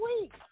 week